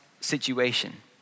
situation